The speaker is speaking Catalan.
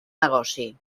negoci